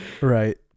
Right